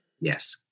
Yes